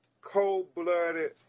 cold-blooded